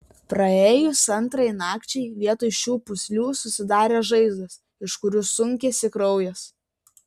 praėjus antrai nakčiai vietoj šių pūslių susidarė žaizdos iš kurių sunkėsi kraujas